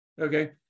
Okay